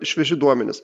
švieži duomenys